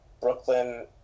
brooklyn